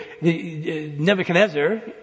Nebuchadnezzar